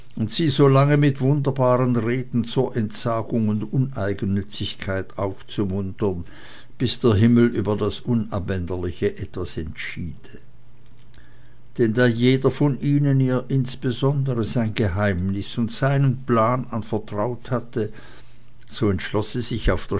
sie so lange mit wunderbaren reden zur entsagung und uneigennützigkeit aufzumuntern bis der himmel über das unabänderliche etwas entschiede denn da jeder von ihnen ihr insbesondere sein geheimnis und seinen plan vertraut hatte so entschloß sie sich auf